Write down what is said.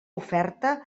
oferta